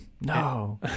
No